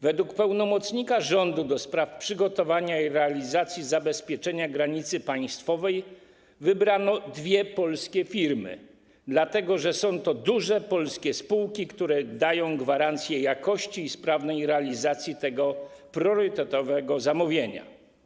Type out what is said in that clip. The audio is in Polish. Według pełnomocnika rządu do spraw przygotowania i realizacji zabezpieczenia granicy państwowej wybrano dwie polskie firmy, dlatego że są to duże polskie spółki, które dają gwarancję jakości i sprawnej realizacji tego priorytetowego zamówienia.